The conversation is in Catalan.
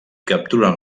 capturen